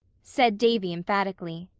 said davy emphatically.